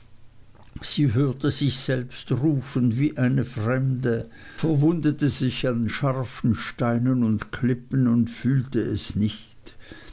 sie hörte sich selbst rufen wie eine fremde verwundete sich an den scharfen steinen und klippen und fühlte es nicht